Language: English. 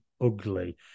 ugly